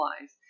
life